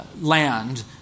land